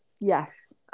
yes